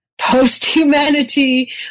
post-humanity